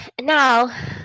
now